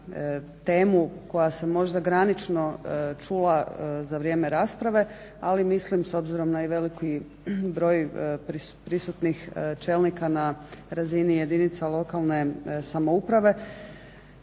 temu koja se možda granično čula za vrijeme rasprave, ali mislim s obzirom na veliki broj prisutnih čelnika na razini jedinica lokalne samouprave.